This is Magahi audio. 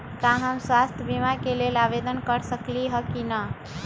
का हम स्वास्थ्य बीमा के लेल आवेदन कर सकली ह की न?